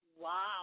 Wow